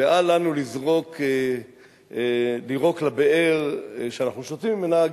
ואל לנו לירוק לבאר שאנחנו שותים ממנה.